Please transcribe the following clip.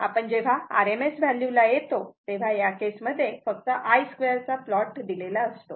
आपण जेव्हा RMS व्हॅल्यूला येतो तेव्हा या केस मध्ये फक्त i2 चा प्लॉट दिलेला असतो